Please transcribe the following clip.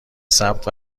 ثبت